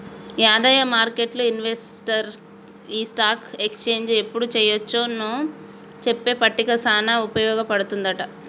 యాదయ్య మార్కెట్లు ఇన్వెస్టర్కి ఈ స్టాక్ ఎక్స్చేంజ్ ఎప్పుడు చెయ్యొచ్చు నో చెప్పే పట్టిక సానా ఉపయోగ పడుతుందంట